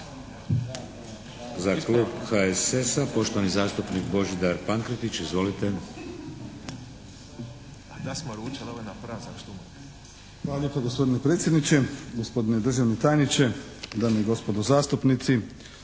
Za klub HSS-a, poštovani zastupnik Božidar Pankretić. Izvolite. **Pankretić, Božidar (HSS)** Hvala lijepo gospodine predsjedniče. Gospodine državni tajniče, dame i gospodo zastupnici.